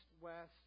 west